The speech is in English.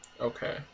Okay